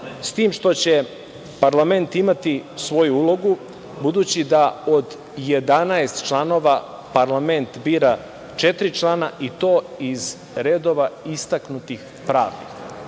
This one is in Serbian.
s tim što će parlament imati svoju ulogu, budući da od 11 članova, parlament bira četiri člana i to iz redova istaknutih pravnika.